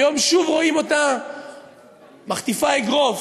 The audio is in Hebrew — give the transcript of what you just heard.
היום שוב רואים אותה מחטיפה אגרוף.